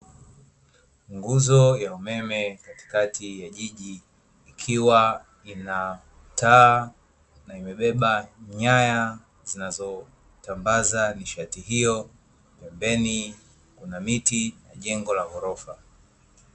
Nguzo ya umeme katikati ya jiji, ikiwa ina taa na imebeba nyaya zinazosambaza nishati hiyo, pembeni kuna miti na jengo la gorofa.